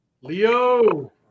Leo